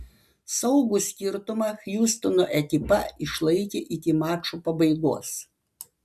saugų skirtumą hjustono ekipa išlaikė iki mačo pabaigos